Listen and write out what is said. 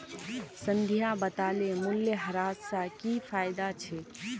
संध्या बताले मूल्यह्रास स की फायदा छेक